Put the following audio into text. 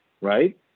right